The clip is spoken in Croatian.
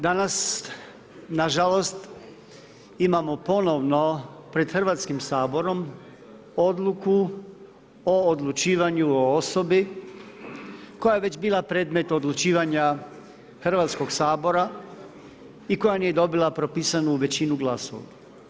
Danas nažalost imamo ponovno pred Hrvatskim saborom odluku o odlučivanju o osobi koja je već bila predmet odlučivanja Hrvatskog sabora i koja nije dobila propisanu većinu glasova.